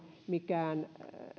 mikään